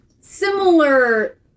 similar